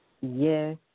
Yes